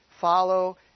follow